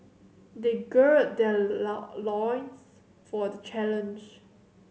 they gird their loins for the challenge